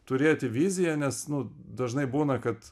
turėti viziją nes nu dažnai būna kad